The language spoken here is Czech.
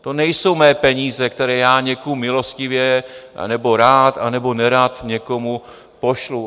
To nejsou moje peníze, které já někomu milostivě, nebo rád nebo nerad někomu pošlu.